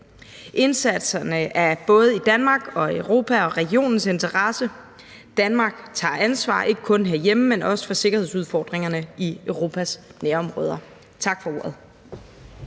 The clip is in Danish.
Indsatserne er både i Danmark, Europa og regionens interesse. Danmark tager ansvar, ikke kun herhjemme, men også for sikkerhedsudfordringerne i Europas nærområder. Tak for ordet.